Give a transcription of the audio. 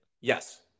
Yes